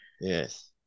Yes